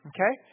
Okay